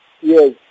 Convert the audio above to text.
Yes